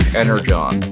energon